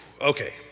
Okay